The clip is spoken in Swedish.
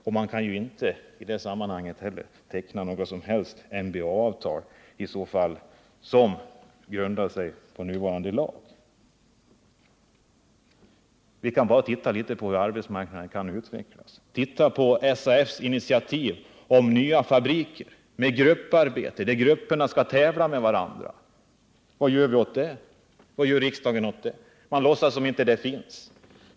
Och man kan ju inte i det sammanhanget heller teckna något som helst MBL-avtal som grundar sig på nuvarande lag. Vi kan bara titta litet på hur arbetsmarknaden kan utveckla sig, titta på SAF:s initiativ när det gäller nya fabriker med grupparbete, där grupperna skall tävla med varandra. Vad gör riksdagen åt det? Man låtsas som om det inte finns.